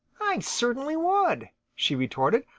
i certainly would, she retorted.